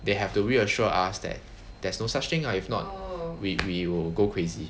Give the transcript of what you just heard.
they have to reassured us that there is no such thing ah if not weird we will go crazy